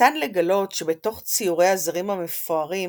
ניתן לגלות שבתוך ציורי הזרים המפוארים